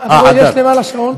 יש למעלה שעון.